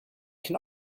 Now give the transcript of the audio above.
can